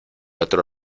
otro